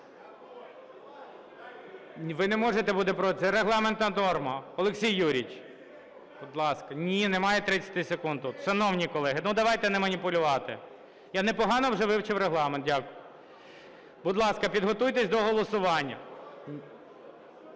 Ви не можете бути проти, це регламентна норма. Олексій Юрійович, будь ласка. (Шум у залі) Ні, немає 30 секунд тут. Шановні колеги, ну, давайте не маніпулювати. Я непогано вже вивчив Регламент, дякую. Будь ласка, підготуйтеся до голосування.